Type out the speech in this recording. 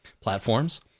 platforms